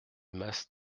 mas